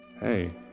Hey